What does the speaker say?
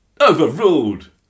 Overruled